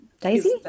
Daisy